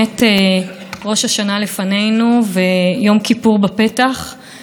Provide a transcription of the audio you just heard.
ואני מקווה שהשנה שבאה עלינו לטובה תהיה הרבה יותר טובה,